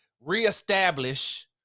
reestablish